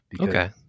Okay